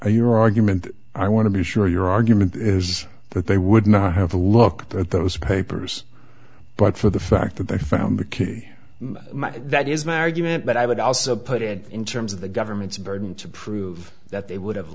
a your argument i want to be sure your argument is that they would not have looked at those papers but for the fact that they found the key that is my argument but i would also put it in terms of the government's ability to prove that they would have